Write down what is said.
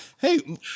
Hey